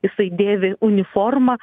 jisai dėvi uniformą